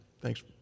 Thanks